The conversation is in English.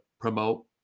promote